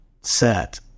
set